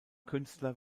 künstler